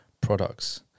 Products